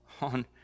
on